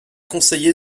conseillé